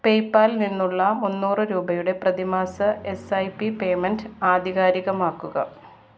PayPal നിന്നുള്ള മുന്നൂറ് രൂപയുടെ പ്രതിമാസ എസ് ഐ പി പേയ്മെൻറ്റ് ആധികാരികമാക്കുക